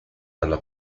dalla